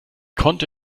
konnte